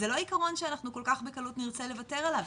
זה לא עקרון שאנחנו כל כך בקלות נרצה לוותר עליו,